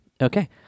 Okay